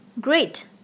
great